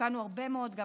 והשקענו הרבה מאוד גם